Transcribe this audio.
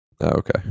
Okay